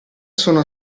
sono